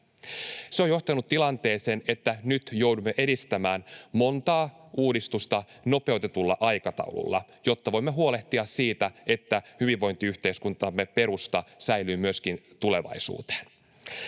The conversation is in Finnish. Se on johtanut tilanteeseen, että nyt joudumme edistämään montaa uudistusta nopeutetulla aikataululla, jotta voimme huolehtia siitä, että hyvinvointiyhteiskuntamme perusta säilyy myöskin tulevaisuuteen.